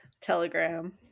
telegram